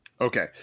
Okay